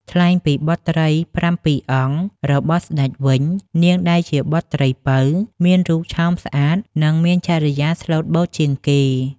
ថ្លែងពីបុត្រីប្រាំពីរអង្គរបស់ស្ដេចវិញ នាងដែលជាបុត្រីពៅមានរូបឆោមស្អាតនិងមានចរិយាស្លូតបូតជាងគេ។